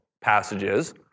passages